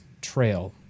trail